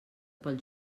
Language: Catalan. pel